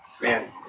man